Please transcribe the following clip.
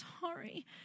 sorry